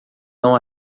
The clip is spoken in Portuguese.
não